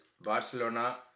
Barcelona